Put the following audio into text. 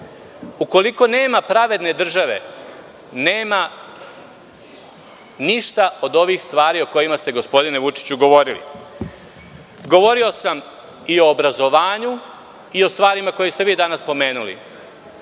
`Ukoliko nema pravedne države nema ništa od ovih stvari o kojima ste gospodine Vučiću govorili. Govorio sam i o obrazovanju i o stvarima koje ste vi danas pomenuli,